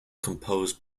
composed